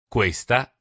Questa